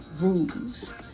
Rules